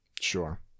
Sure